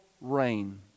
rain